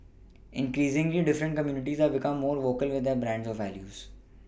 increasingly different communities have become more vocal with their brand of values